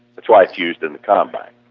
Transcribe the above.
that's why i choose them to come back.